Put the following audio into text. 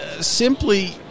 simply